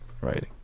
writing